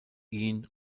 ihn